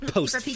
Post